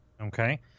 okay